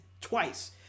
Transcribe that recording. twice